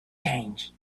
change